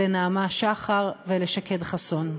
לנעמה שחר ולשקד חסון.